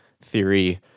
theory